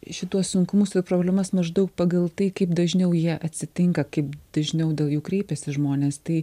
šituos sunkumus ir problemas maždaug pagal tai kaip dažniau jie atsitinka kaip dažniau dėl jų kreipiasi žmonės tai